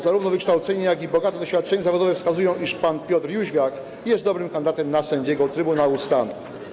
Zarówno wykształcenie, jaki i bogate doświadczenie zawodowe wskazują, iż pan Piotr Jóźwiak jest dobrym kandydatem na sędziego Trybunału Stanu.